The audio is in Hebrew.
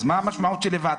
אז מה המשמעות של היוועצות?